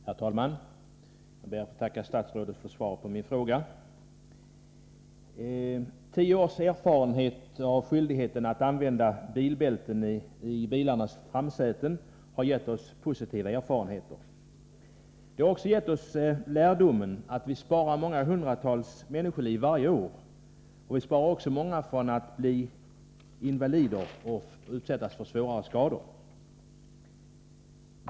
Herr talman! Jag ber att få tacka statsrådet för svaret på min fråga. Tio års erfarenheter av skyldigheten att använda bilbälte i bilarnas framsäten har varit positiva. De har också gett oss lärdomen att vi spar många hundratals människoliv varje år — och förhindrar att många blir invalider och utsätts för svåra skador.